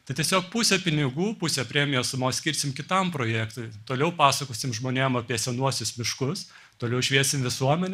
tai tiesiog pusę pinigų pusę premijos sumos skirsime kitam projektui toliau pasakosim žmonėm apie senuosius miškus toliau šviesim visuomenę